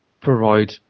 provide